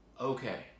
okay